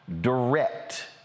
direct